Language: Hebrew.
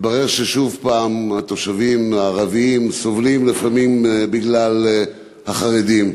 התברר ששוב התושבים הערבים סובלים לפעמים בגלל החרדים.